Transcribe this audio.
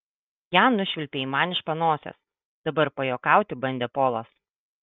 ją nušvilpei man iš panosės dabar pajuokauti bandė polas